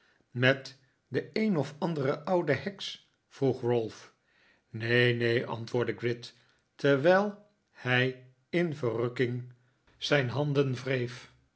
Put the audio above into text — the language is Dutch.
met de een of andere oude heks vroeg ralph neen neen antwoordde gride terwijl hij in verrukking zijn handen wreef